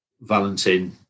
Valentin